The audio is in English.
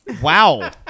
wow